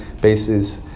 bases